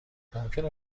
ممکنه